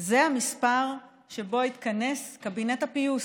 זה המספר שבו התכנס קבינט הפיוס.